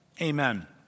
Amen